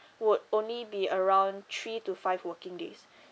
would only be around three to five working days